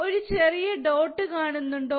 ഒരു ചെറിയ ഡോട്ട് കാണുന്നുണ്ടോ